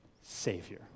Savior